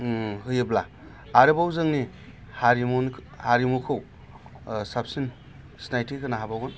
होयोब्ला आरोबाव जोंनि हारिमु हारिमुखौ साबसिन सिनायथि होनो हाबावगोन